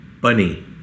bunny